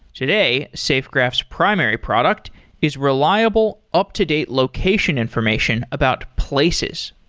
today safegraph's primary product is reliable, up-to-date location information about places.